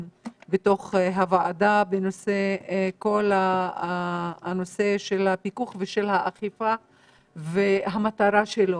בוועדה בכל הנושא של הפיקוח ושל האכיפה והמטרה שלו.